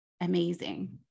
amazing